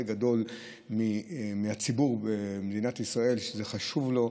גדול מהציבור במדינת ישראל שזה חשוב לו,